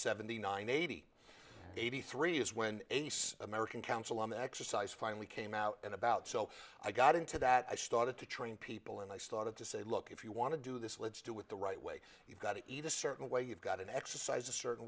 seventy nine eighty eighty three is when a nice american council on exercise finally came out and about so i got into that i started to train people and i started to say look if you want to do this let's do with the right way you've got either a certain way you've got an exercise a certain